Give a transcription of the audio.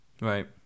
Right